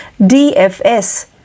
DFS